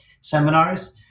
seminars